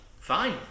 fine